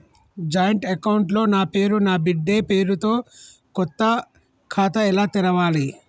Joint account లో నా పేరు నా బిడ్డే పేరు తో కొత్త ఖాతా ఎలా తెరవాలి?